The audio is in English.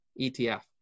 etf